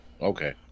okay